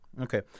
Okay